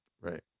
Right